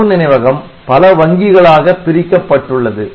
தரவு நினைவகம் பல வங்கிகளாக பிரிக்கப்பட்டுள்ளது